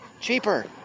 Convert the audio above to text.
cheaper